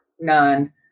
none